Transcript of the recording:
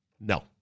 No